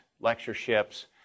lectureships